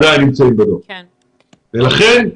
לכן,